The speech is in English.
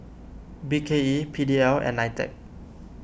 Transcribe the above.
B K E P D L and Nitec